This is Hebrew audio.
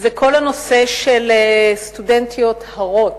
הוא כל הנושא של סטודנטיות הרות.